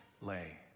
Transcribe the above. lay